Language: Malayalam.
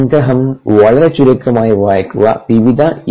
സംഗ്രഹം വളരെ ചുരുക്കമായി വായിക്കുക വിവിധ ഇ